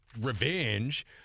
revenge